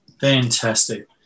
Fantastic